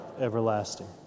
everlasting